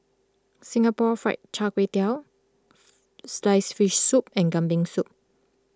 Singapore Fried Kway Tiao Sliced Fish Soup and Kambing Soup